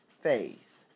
faith